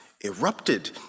erupted